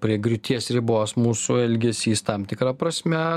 prie griūties ribos mūsų elgesys tam tikra prasme